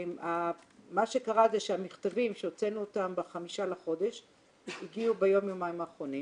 מה שקרה זה שהמכתבים שהוצאנו אותם ב-5 בחודש הגיעו ביום יומיים האחרונים